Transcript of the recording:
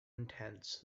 intense